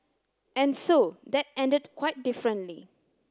and so that ended quite differently